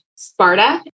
Sparta